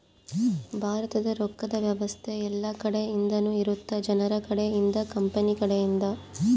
ಭಾರತದ ರೊಕ್ಕದ್ ವ್ಯವಸ್ತೆ ಯೆಲ್ಲ ಕಡೆ ಇಂದನು ಇರುತ್ತ ಜನರ ಕಡೆ ಇಂದ ಕಂಪನಿ ಕಡೆ ಇಂದ